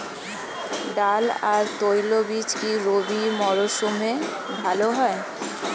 ডাল আর তৈলবীজ কি রবি মরশুমে ভালো হয়?